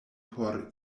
por